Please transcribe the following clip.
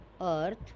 earth